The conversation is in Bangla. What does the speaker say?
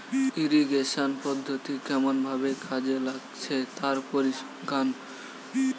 ইরিগেশন পদ্ধতি কেমন ভাবে কাজে লাগছে তার পরিসংখ্যান